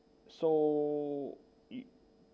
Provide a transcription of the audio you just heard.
so